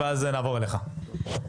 בבקשה.